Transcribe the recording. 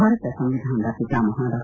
ಭಾರತ ಸಂವಿಧಾನದ ಪಿತಾಮಹ ಡಾ